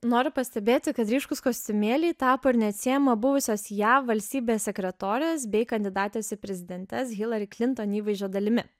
noriu pastebėti kad ryškūs kostiumėliai tapo ir neatsiejama buvusios jav valstybės sekretorės bei kandidatės į prezidentes hilari klinton įvaizdžio dalimi